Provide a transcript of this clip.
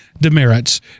demerits